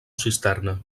cisterna